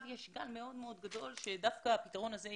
יש גל מאוד מאוד גדול שהפתרון הזה,